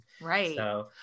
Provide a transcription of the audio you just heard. Right